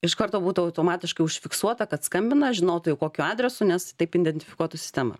iš karto būtų automatiškai užfiksuota kad skambina žinotų jau kokiu adresu nes taip identifikuotų sistema